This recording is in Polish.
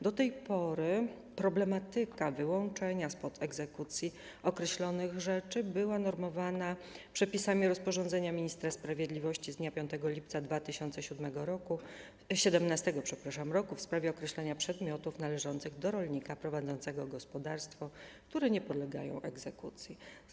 Do tej pory problematyka wyłączenia spod egzekucji określonych rzeczy była normowana przepisami rozporządzenia ministra sprawiedliwości z dnia 5 lipca 2017 r. w sprawie określenia przedmiotów należących do rolnika prowadzącego gospodarstwo, które nie podlegają egzekucji.